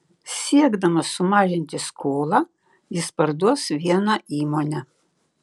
siekdamas sumažinti skolą jis parduos vieną įmonę